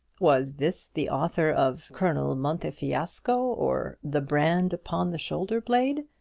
was this the author of colonel montefiasco, or the brand upon the shoulder-blade?